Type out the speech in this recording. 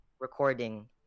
recording